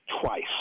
twice